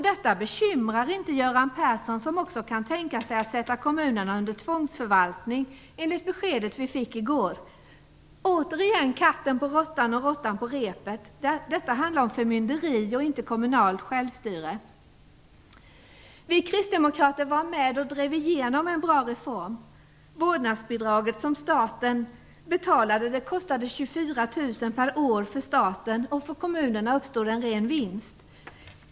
Det bekymrar inte Göran Persson som också kan tänka sig att sätta kommunerna under tvångsförvaltning, enligt det besked som vi fick i går. Återigen är katten på råttan och råttan på repet. Detta handlar om förmynderi och inte om kommunalt självstyre. Vi kristdemokrater var med och drev igenom en bra reform. Vårdnadsbidraget kostade 24 000 per år för staten, och för kommunerna uppstod en ren vinst.